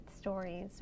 stories